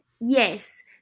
yes